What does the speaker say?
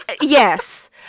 Yes